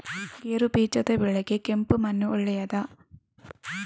ಗೇರುಬೀಜದ ಬೆಳೆಗೆ ಕೆಂಪು ಮಣ್ಣು ಒಳ್ಳೆಯದಾ?